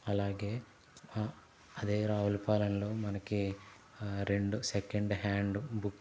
అలాగే అదే రావులపాలెంలో మనకి రెండు సెకెండ్ హ్యాండ్